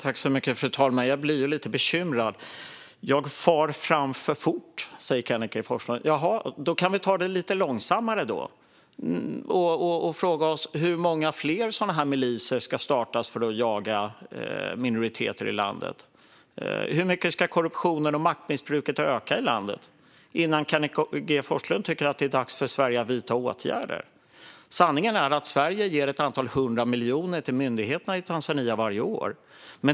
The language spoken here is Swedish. Fru talman! Jag blir lite bekymrad när Kenneth G Forslund säger att jag far fram för fort. Jaha, låt oss ta det lite långsammare då och fråga oss hur många fler sådana här miliser som ska startas för att jaga minoriteter i Tanzania. Hur mycket ska korruptionen och maktmissbruket öka i landet innan Kenneth G Forslund tycker att det är dags för Sverige att vidta åtgärder? Sanningen är att Sverige ger ett antal hundra miljoner till myndigheterna i Tanzania varje år.